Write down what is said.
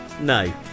No